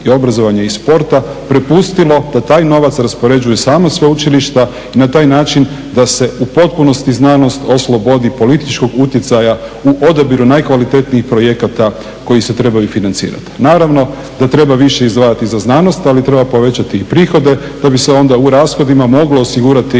i obrazovanja i sporta prepustilo da taj novac raspoređuju sama sveučilišta i na taj način da se u potpunosti znanost oslobodi političkog utjecaja u odabiru najkvalitetnijih projekata koji se trebaju financirati. Naravno da treba više izdvajati za znanost, ali treba povećati i prihode da bi se onda u rashodima moglo osigurati